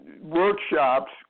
workshops